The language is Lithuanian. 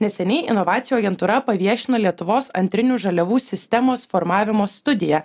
neseniai inovacijų agentūra paviešino lietuvos antrinių žaliavų sistemos formavimo studiją